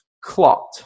clot